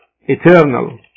eternal